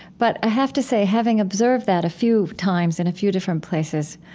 but i have to say, having observed that a few times in a few different places,